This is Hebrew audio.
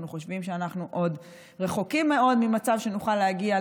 אנחנו חושבים שאנחנו עוד רחוקים מאוד ממצב שנוכל להגיע,